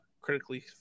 critically